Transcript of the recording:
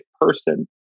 person